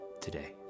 today